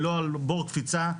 ולא על בור קפיצה,